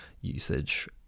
usage